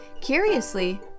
Curiously